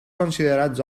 considerats